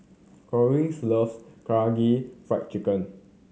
Corene loves Karaage Fried Chicken